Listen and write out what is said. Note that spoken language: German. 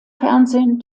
fernsehen